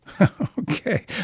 Okay